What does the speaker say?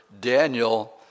Daniel